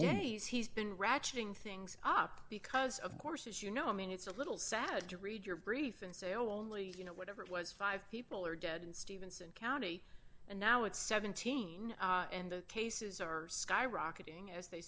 days he's been ratcheting things up because of course as you know i mean it's a little sad to read your brief and say oh well you know whatever it was five people are dead and stevenson county and now it's seventeen in the cases are skyrocketing as they